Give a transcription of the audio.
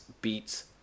beats